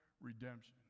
redemption